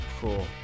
Cool